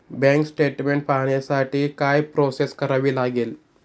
Bank statement पाहण्यासाठी काय process करावी लागेल?